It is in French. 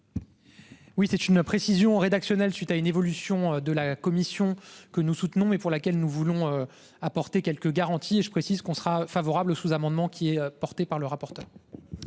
Oui c'est une précision rédactionnelle suite à une évolution de la commission que nous soutenons et pour laquelle nous voulons apporter quelques garanties. Et je précise qu'on sera favorable au sous-amendement qui est portée par le rapporteur.